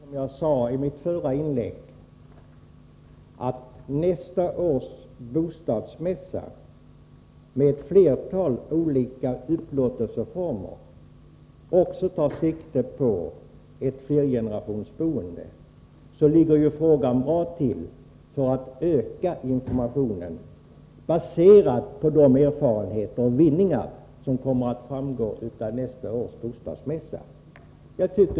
Herr talman! Mycket kort: Jag sade i mitt förra inlägg att nästa års bostadsmässa, med ett flertal olika upplåtelseformer, också tar sikte på ett flergenerationsboende. Det blir ett lämpligt tillfälle att ge ökad information, baserad på de erfarenheter och vinningar som kommer att framgå av nästa års bostadsmässa.